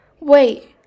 Wait